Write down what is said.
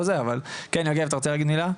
כן יוגב אתה רוצה להגיד מילה?